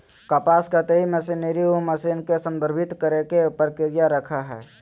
कपास कताई मशीनरी उ मशीन के संदर्भित करेय के प्रक्रिया रखैय हइ